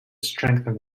strengthen